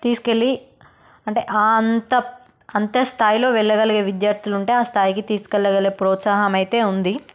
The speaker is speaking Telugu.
తీసుకెళ్ళి అంటే అంత అంత స్థాయిలో వెళ్ళగలిగే విద్యార్థులు ఉంటే ఆ స్థాయికి తీసుకెళ్ళగలిగే ప్రోత్సాహం అయితే ఉంది